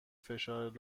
فشار